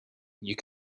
you